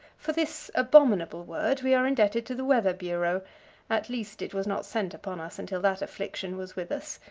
for this abominable word we are indebted to the weather bureau at least it was not sent upon us until that affliction was with us.